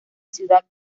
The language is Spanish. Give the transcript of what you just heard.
ciudad